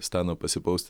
stano pasipoust